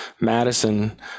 Madison